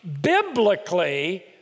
biblically